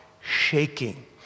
shaking